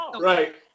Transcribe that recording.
Right